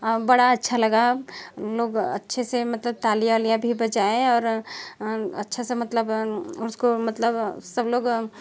और बड़ा अच्छा लगा लोग अच्छे से मतलब तालियाँ आलियाँ भी बजाएँ और अच्छे से मतलब उसको मतलब सब लोग